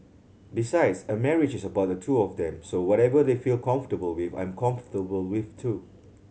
besides a marriage is about the two of them so whatever they feel comfortable with I'm comfortable with too